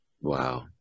Wow